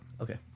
Okay